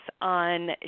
on